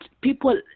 people